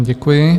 Děkuji.